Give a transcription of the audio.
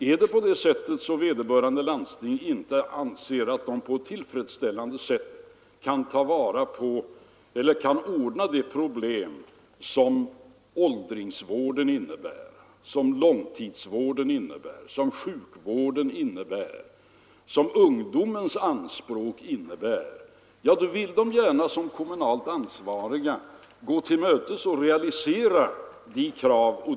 Är det så att vederbörande landsting anser att de inte på ett tillfredsställande sätt kan lösa de problem som åldringsvården, långtidsvården och sjukvården innebär och som ungdomens anspråk innebär vill man gärna som kommunalt ansvarig gå kraven och önskemålen till mötes.